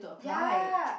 ya